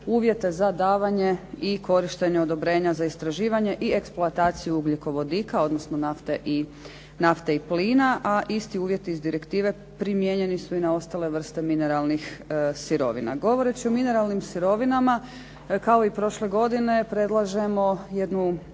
uvjete za davanje i korištenja odobrenja za istraživanje i za eksploataciju ugljikovodika, odnosno nafte i plina. A isti uvjeti iz direktive primijenjeni su i na ostale vrste mineralnih sirovina. Govoreći o mineralnim sirovinama kao i prošle godine predlažemo jednu